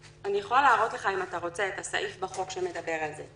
אני יכולה לראות לך אם אתה רוצה את הסעיף בחוק שמדבר על זה.